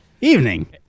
evening